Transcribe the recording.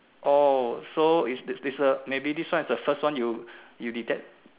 oh so is a this a maybe this one is the first one you you detect